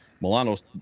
Milano's